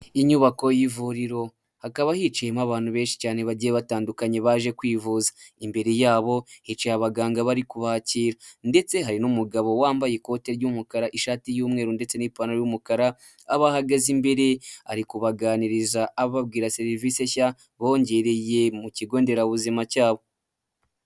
Inyubako y'ivuriro hakaba hicayemo abantu benshi cyane bagiye batandukanye baje kwivuza, imbere yabo hicaye abaganga bari kubakira ndetse hari n'umugabo wambaye ikoti ry'umukara, ishati y'umweru ndetse n'ipantaro y'umukara abageze imbere ari kubaganiriza ababwira serivisi nshya bongereye mu kigo nderabuzima cyabo.